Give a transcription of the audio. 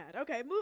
Okay